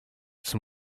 zum